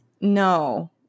no